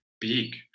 big